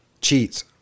cheats